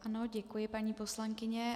Ano, děkuji, paní poslankyně.